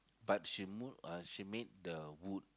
but she move uh she made the wood